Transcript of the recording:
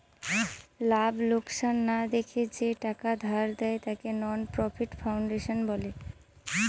লাভ লোকসান না দেখে যে টাকা ধার দেয়, তাকে নন প্রফিট ফাউন্ডেশন বলে